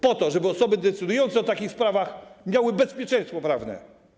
Po to, żeby osoby decydujące o takich sprawach miały bezpieczeństwo prawne.